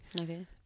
Okay